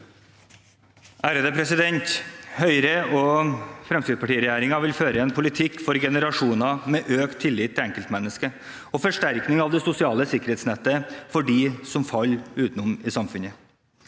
Høyre–Frem- skrittsparti-regjeringen vil føre en politikk for generasjoner, med økt tillit til enkeltmennesket og en forsterkning av det sosiale sikkerhetsnettet for dem som faller utenfor i samfunnet.